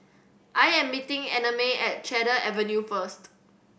I am meeting Annamae at Cedar Avenue first